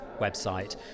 website